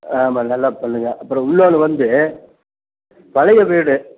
ஆமாம் நல்லா பண்ணுங்கள் அப்புறம் இன்னொன்னு வந்து பழைய வீடு